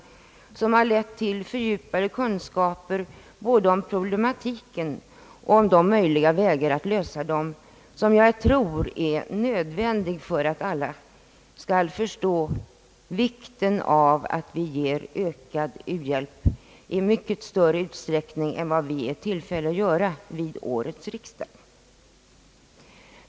Detta har lett till fördjupade kunskaper både om problematiken och om möjliga vägar att lösa problemen, något jag tror är nödvändigt för att alla skall förstå vikten av att vi ger ökad u-hjälp i mycket större utsträckning än vi är i tillfälle att göra vid årets riksdag.